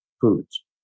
foods